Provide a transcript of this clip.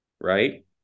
right